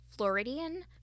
Floridian